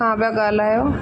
खां पिया ॻाल्हायो